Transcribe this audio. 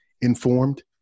informed